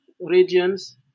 regions